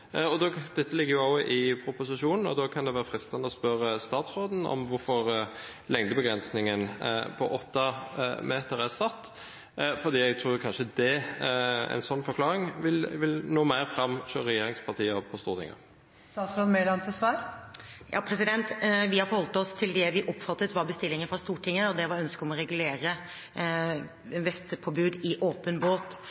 proposisjonen. Da kan det være fristende å spørre statsråden om hvorfor lengdebegrensningen på åtte meter er satt, for en sånn forklaring tror jeg kanskje vil nå mer fram selv hos regjeringspartiene på Stortinget. Vi har forholdt oss til det vi oppfattet var bestillingen fra Stortinget, og det var ønsket om å regulere vestpåbud i åpen båt.